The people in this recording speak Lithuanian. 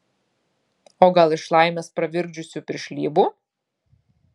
o gal iš laimės pravirkdžiusių piršlybų